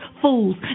fools